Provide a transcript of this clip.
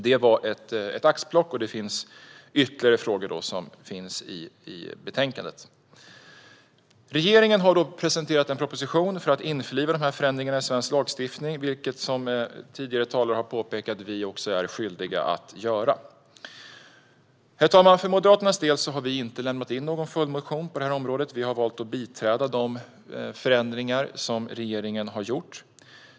Det här var ett axplock, och det finns ytterligare frågor i betänkandet. Regeringen har presenterat en proposition för att införliva de här förändringarna i svensk lagstiftning, vilket vi, som tidigare talare har påpekat, också är skyldiga att göra. Herr talman! Moderaterna har inte lämnat in någon följdmotion på det här området. Vi har valt att biträda de förändringar som regeringen har gjort.